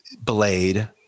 blade